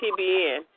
TBN